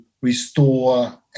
restore